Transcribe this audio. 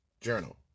Journal